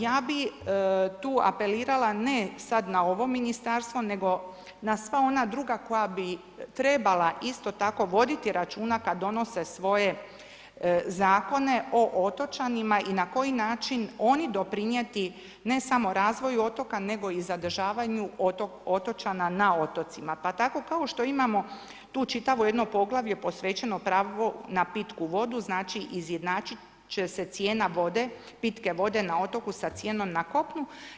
Ja bi tu apelirala ne sad na ovo ministarstvo nego na sva ona druga koja bi trebala isto tako vidjeti računa kad donose svoje zakone o otočanima i na koji način oni doprijeti ne samo razvoju otoka nego i zadržavanju otočana na otocima pa tako kao što imamo tu čitavo jedno poglavlje posvećeno pravu na pitku vodu, znači izjednačit će se cijena vode, pitke vode na otoku sa cijenom na kopnu.